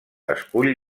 escull